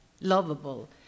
lovable